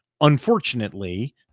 Unfortunately